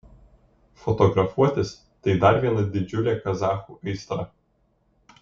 fotografuotis tai dar viena didžiulė kazachų aistra